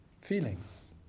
feelings